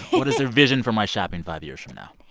what is their vision for my shopping five years from now?